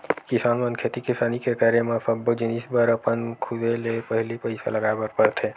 किसान मन खेती किसानी के करे म सब्बो जिनिस बर अपन खुदे ले पहिली पइसा लगाय बर परथे